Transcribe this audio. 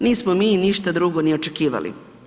Nismo mi ništa drugo ni očekivali.